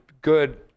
good